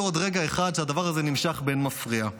עוד רגע אחד שהדבר הזה נמשך באין מפריע.